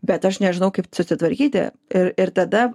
bet aš nežinau kaip susitvarkyti ir ir tada